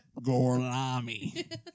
Gorlami